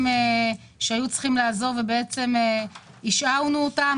שהיו צריכים לעזור ובעצם השארנו אותם,